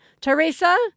Teresa